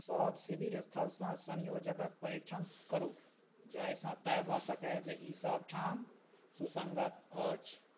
सब शिविर स्थलसँ संयोजक परीक्षण करू जाहिसँ तै भऽ सकय जे ई सबठाम सुसङ्गत अछि